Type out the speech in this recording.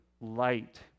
light